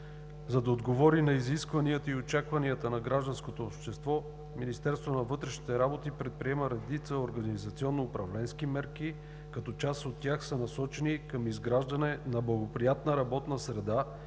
за да отговори на изискванията и очакванията на гражданското общество, Министерството на вътрешните работи предприема редица организационно-управленски мерки, като част от тях са насочени към изграждане на благоприятна работна среда